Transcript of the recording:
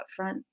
upfront